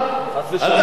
אל תפריע לשר.